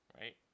right